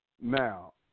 Now